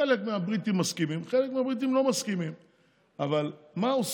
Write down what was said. חלק מהבריטים מסכימים, חלק מהבריטים לא מסכימים.